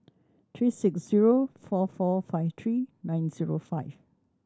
three six zero four four five three nine zero five